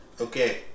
Okay